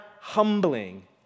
humbling